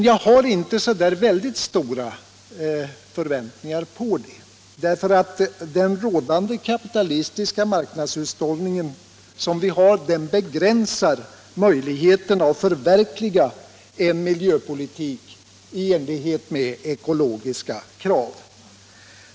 Jag har dock inte så stora förväntningar, därför att den rådande kapitalistiska marknadshushållningen begränsar möjligheterna att förverkliga en miljöpolitik i enlighet med ekologiska krav.